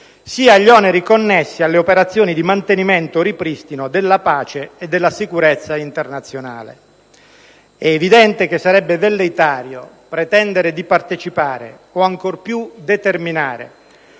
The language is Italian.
sia agli oneri connessi alle operazioni di mantenimento o ripristino della pace e della sicurezza internazionale. È evidente che sarebbe velleitario pretendere di partecipare o ancor più determinare